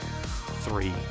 three